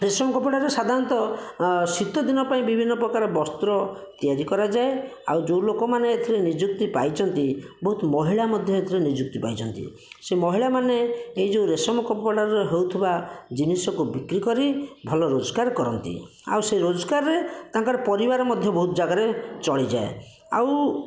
ରେଶମ କପଡ଼ାରେ ସାଧାରଣତଃ ଶୀତ ଦିନ ପାଇଁ ବିଭିନ୍ନ ପ୍ରକାର ବସ୍ତ୍ର ତିଆରି କରାଯାଏ ଆଉ ଯେଉଁ ଲୋକମାନେ ଏଥିରେ ନିଯୁକ୍ତି ପାଇଛନ୍ତି ବହୁତ ମହିଳା ମଧ୍ୟ ଏଥିରେ ନିଯୁକ୍ତି ପାଇଛନ୍ତି ସିଏ ମହିଳାମାନେ ଏହି ଯେଉଁ ରେଶମ କପଡ଼ାରେ ହେଉଥିବା ଜିନିଷକୁ ବିକ୍ରି କରି ଭଲ ରୋଜଗାର କରନ୍ତି ଆଉ ସେ ରୋଜଗାରରେ ତାଙ୍କର ପରିବାର ମଧ୍ୟ ବହୁତ ଜାଗାରେ ଚଳିଯାଏ ଆଉ